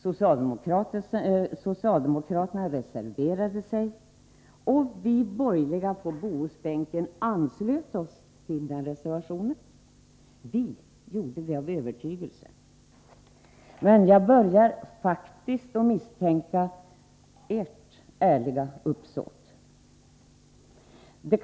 Socialdemokraterna reserverade sig mot förslaget om en indragning, och vi borgerliga på Bohusbänken anslöt oss till den reservationen. Vi gjorde det av övertygelse, men jag börjar faktiskt tvivla på socialdemokraternas ärliga uppsåt.